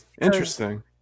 Interesting